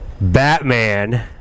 Batman